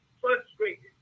frustrated